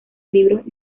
libros